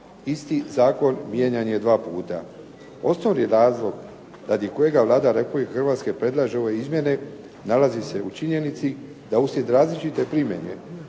Isti zakon mijenjan je 2 puta. Osnovni razlog radi kojeg Vlada Republike Hrvatske predlaže ove izmjene nalazi se u činjenici da uslijed različite primjene